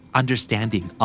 understanding